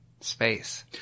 space